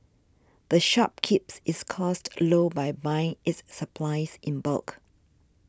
the shop keeps its costs low by buying its supplies in bulk